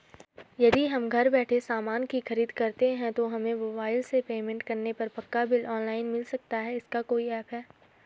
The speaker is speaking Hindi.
यदि हम घर बैठे सामान की खरीद करते हैं तो हमें मोबाइल से पेमेंट करने पर पक्का बिल ऑनलाइन मिल सकता है इसका कोई ऐप है